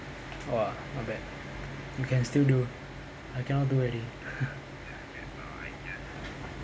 !wah! not bad you can still do I cannot do already